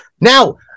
Now